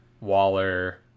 Waller